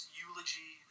eulogy